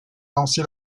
lancé